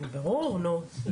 ברור, נו.